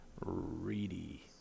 Reedy